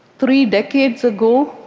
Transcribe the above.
three decades ago,